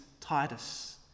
Titus